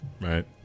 Right